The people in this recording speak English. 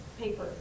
paper